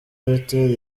reuters